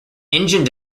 engine